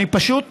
אני פשוט נדהם.